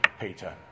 Peter